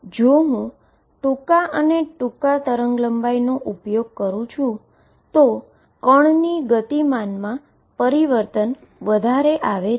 જો હું ટૂંકા અને ટૂંકા વેવ લેન્થનો ઉપયોગ કરું તો પાર્ટીકલની મોમેન્ટમમાં પરિવર્તન વધારે આવે છે